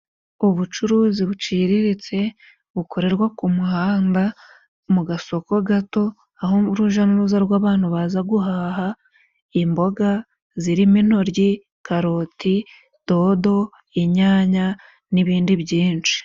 Ubucuruzi buciriritse bukorerwa ku muhanda，mu gasoko gato aho uruja n'uruza rw'abantu baza guhaha imboga， zirimo intoryi， karoti，dodo， inyanya n'ibindi byinshi.